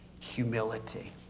Humility